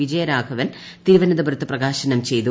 വിജയരാഘവൻ തിരുവനന്തപുരത്ത് പ്രകാശനം ചെയ്തു